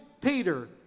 peter